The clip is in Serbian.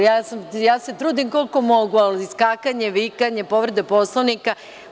Ja se trudim koliko mogu, ali skakanje, vikanje, povreda Poslovnika.